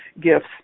gifts